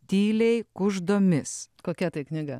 tyliai kuždomis kokia tai knyga